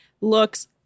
looks